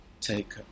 take